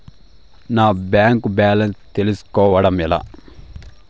నా bank balance తెలుస్కోవడం ఎలా?